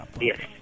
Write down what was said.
yes